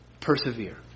persevere